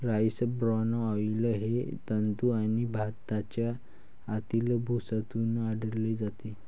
rice bran oil हे जंतू आणि भाताच्या आतील भुसातून काढले जाते